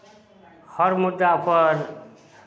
हर मुद्दापर